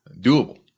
doable